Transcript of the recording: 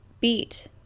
beat